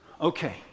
Okay